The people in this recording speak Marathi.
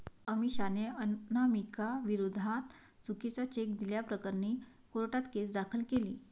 अमिषाने अनामिकाविरोधात चुकीचा चेक दिल्याप्रकरणी कोर्टात केस दाखल केली